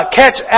catch